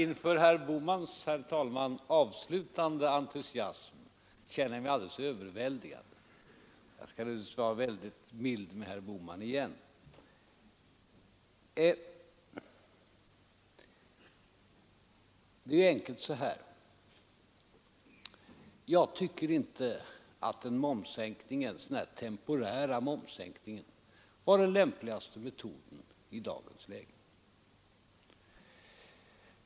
Herr talman! Inför herr Bohmans avslutande entusiasm känner jag mig alldeles överväldigad. Jag skall naturligtvis vara väldigt mild mot herr Bohman igen. Det är helt enkelt så här: Jag tycker inte att en momssänkning, inte ens den här temporära momssänkningen, är den lämpligaste metoden i dagens läge.